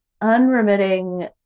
unremitting